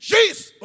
Jesus